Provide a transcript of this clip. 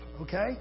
okay